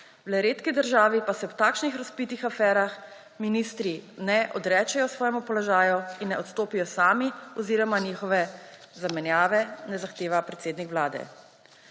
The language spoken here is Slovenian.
V le redki državi pa se ob takšnih razvpitih aferah ministri ne odrečejo svojemu položaju in ne odstopijo sami oziroma njihove zamenjave ne zahteva predsednik vlade.